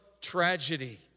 tragedy